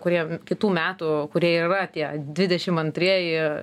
kurie kitų metų kurie ir yra tie dvidešim antrieji